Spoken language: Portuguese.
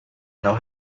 não